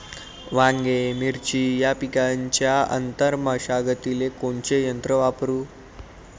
वांगे, मिरची या पिकाच्या आंतर मशागतीले कोनचे यंत्र वापरू?